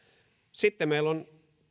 sitten meillä on